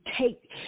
take